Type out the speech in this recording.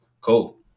Cool